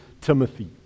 Timothy